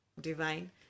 Divine